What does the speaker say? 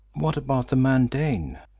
what about the man dane?